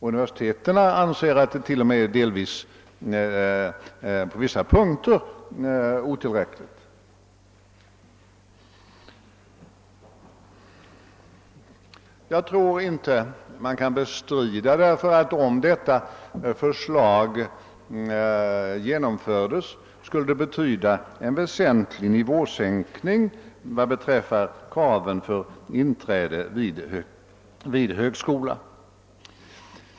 Universiteten anser att det till och med är på vissa punkter otillräckligt. Om detta förslag genomfördes, skulle det betyda en väsentlig nivåsänkning vad beträffar kraven för inträde vid högskola.